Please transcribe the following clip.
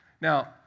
Now